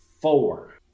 four